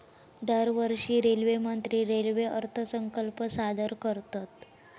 दरवर्षी रेल्वेमंत्री रेल्वे अर्थसंकल्प सादर करतत